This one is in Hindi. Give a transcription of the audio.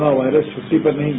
कोरोना वायरस छुट्टी पर नहीं है